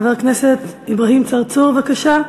חבר הכנסת אברהים צרצור, בבקשה.